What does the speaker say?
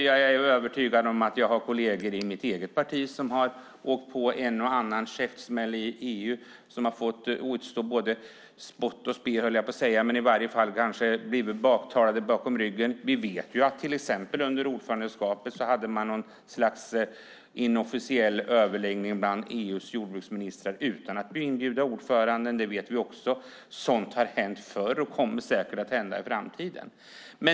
Jag är övertygad om att jag har partikolleger som har åkt på en och annan käftsmäll i EU och fått utstå både spott och spe eller i varje fall blivit baktalade. Vi vet att man under det svenska ordförandeskapet hade en inofficiell överläggning bland EU:s jordbruksministrar utan att inbjuda ordföranden. Sådant har hänt förr och kommer säkert att hända i framtiden.